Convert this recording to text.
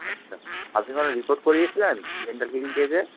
আচ্ছা আপনি কোনো রিপোর্ট করিয়েছিলেন ডেন্টাল ক্লিনিকে এসে